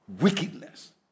Wickedness